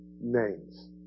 names